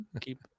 keep